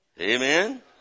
Amen